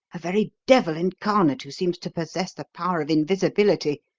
a very devil incarnate who seems to possess the power of invisibility,